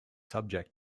subject